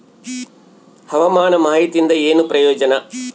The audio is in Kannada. ಹವಾಮಾನ ಮಾಹಿತಿಯಿಂದ ಏನು ಪ್ರಯೋಜನ?